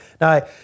now